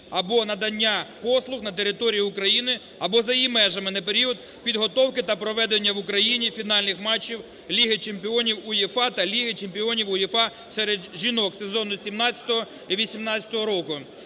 або надання послуг на території України або за її межами на період підготовки та проведення в Україні фінальних матчів ліги чемпіонів УЄФА та ліги чемпіонів УЄФА серед жінок, сезону 2017 і 2018 року.